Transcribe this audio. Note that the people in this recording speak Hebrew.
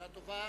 שנה טובה.